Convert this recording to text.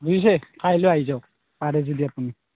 বুজিছে কাইলৈ আহি যাৱক পাৰে যদি আপুনি